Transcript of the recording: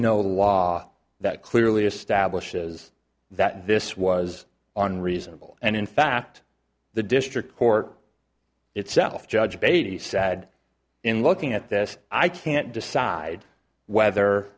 no law that clearly establishes that this was on reasonable and in fact the district court itself judge beatty said in looking at this i can't decide whether